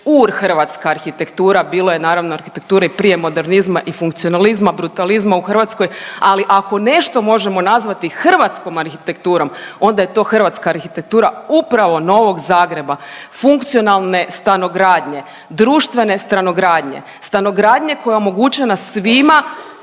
ur hrvatska arhitektura. Bilo je naravno arhitekture i prije modernizama i funkcionalizma, brutalizma u Hrvatskoj ali ako nešto možemo nazvati hrvatskom arhitekturom, onda je to hrvatska arhitektura upravo Novog Zagreba, funkcionalne stanogradnje, društvene stanogradnje, stanogradnje koja je omogućena svima